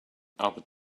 albert